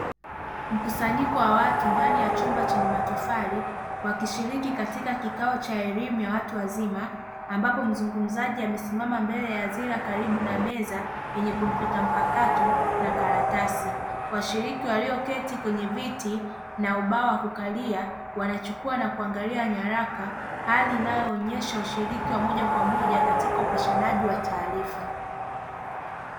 Mkusanyiko wa watu ndani ya chumba chenye matofali, wakishiriki katika kikao cha watu wa elimu ya watu wazima, amabapo mzungumzaji amasimama mbele ya hadhira karibu na meza yenye kompyuta mpakato na karatasi. Washiriki walioketi kwenye viti na ubao wa kukalia, wanachukua na kuangalia nyaraka, hali inayoonyesha ushiriki wa moja kwa moja katika upashanaji wa taarifa.